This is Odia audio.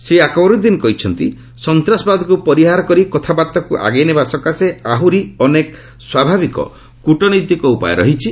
ସେ କହିଛନ୍ତି ସନ୍ତାସବାଦକୁ ପରିହାର କରି କଥାବାର୍ତ୍ତାକୁ ଆଗେଇ ନେବା ସକାଶେ ଆହୁରି ଅନେକ ସ୍ୱାଭାବିକ କୃଟନୈତିକ ଉପାୟ ରହିଛି